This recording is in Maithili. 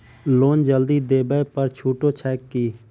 लोन जल्दी देबै पर छुटो छैक की?